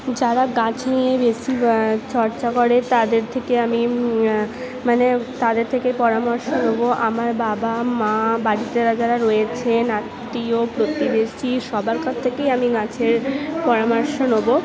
যারা গাছ নিয়ে বেশি চর্চা করে তাদের থেকে আমি মানে তাদের থেকে পরামর্শ নেবো আমার বাবা মা বাড়িতে যারা যারা রয়েছেন আত্মীয় প্রতিবেশী সবার থেকেই আমি গাছের পরামর্শ নেবো